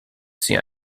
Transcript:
sie